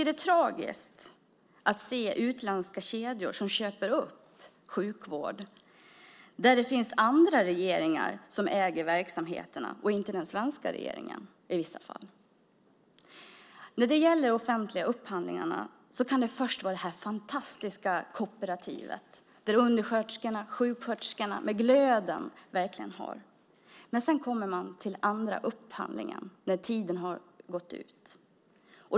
Det är tragiskt att se utländska kedjor som köper upp sjukvård och där det i vissa fall finns andra regeringar som äger verksamheterna och inte den svenska regeringen. När det gäller de offentliga upphandlingarna kan det först vara det fantastiska kooperativet. Där arbetar undersköterskor och sjuksköterskor som verkligen har glöden. Men sedan kommer man till andra upphandlingen när tiden har gått ut.